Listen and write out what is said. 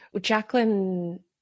Jacqueline